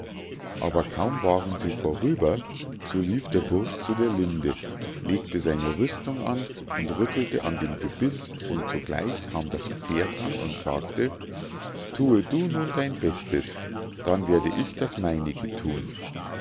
aber kaum waren sie vorüber so lief der bursch zu der linde legte seine rüstung an und rüttelte an dem gebiß und sogleich kam das pferd an und sagte thue du nun dein bestes dann werde ich das meinige thun